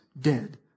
dead